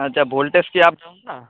ᱟᱪᱪᱷᱟ ᱵᱷᱳᱞᱴᱮᱡᱽ ᱠᱤ ᱟᱯᱰᱟᱣᱩᱱ ᱮᱫᱟ